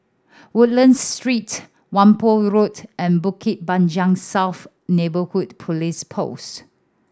Woodlands Street Whampoa Road and Bukit Panjang South Neighbourhood Police Post